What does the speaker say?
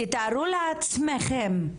תתארו לעצמכם,